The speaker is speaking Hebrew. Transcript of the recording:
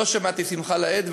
לא שמעתי שמחה לאיד,